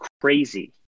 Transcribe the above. crazy